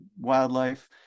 wildlife